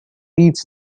eats